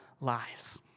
lives